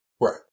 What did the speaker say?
Right